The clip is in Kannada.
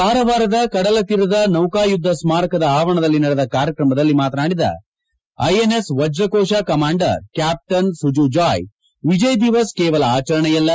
ಕಾರವಾರದ ಕಡಲತೀರದ ನೌಕಾಯುದ್ದ ಸ್ಮಾರಕದ ಆವರಣದಲ್ಲಿ ನಡೆದ ಕಾರ್ಯಕ್ರಮದಲ್ಲಿ ಮಾತನಾಡಿದ ಐಎನ್ಎಸ್ ವಜ್ರಕೋಶ ಕಮಾಂಡರ್ ಕ್ಯಾಪ್ವನ್ ಸಜುಜಾಯ್ ವಿಜಯ್ ದಿವಸ್ ಕೇವಲ ಆಚರಣೆಯಲ್ಲ